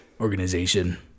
organization